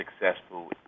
successful